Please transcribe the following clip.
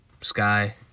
sky